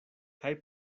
kaj